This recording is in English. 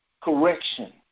correction